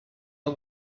the